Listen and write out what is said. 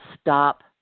stop